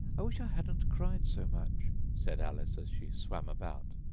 i wish i hadn't cried so much said alice, as she swam about,